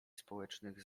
społecznych